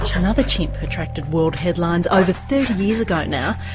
another chimp attracted world headlines over thirty years ago now,